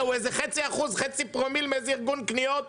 הוא איזה חצי אחוז, חצי פרומיל מאיזה ארגון קניות.